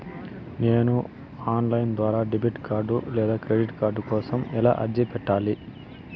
నేను online ద్వారా debit card లేదా క్రెడిట్ కార్డు కోసం ఎలా అర్జీ పెట్టాలి?